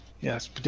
Yes